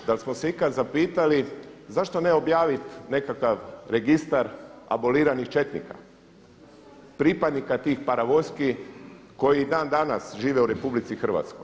Da li smo se ikad zapitali zašto ne objaviti nekakav registar aboliranih četnika, pripadnika tih paravojski koji i dan danas žive u RH.